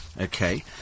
Okay